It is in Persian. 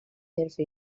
حرفه